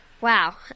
Wow